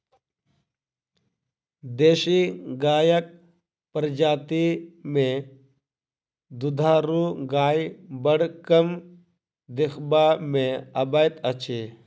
देशी गायक प्रजाति मे दूधारू गाय बड़ कम देखबा मे अबैत अछि